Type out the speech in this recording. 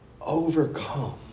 overcome